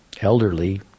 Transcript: elderly